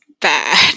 bad